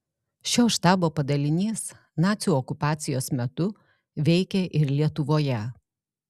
šio štabo padalinys nacių okupacijos metu veikė ir lietuvoje